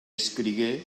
escrigué